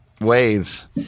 ways